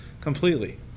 completely